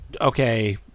okay